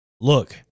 look